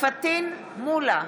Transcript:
פטין מולא,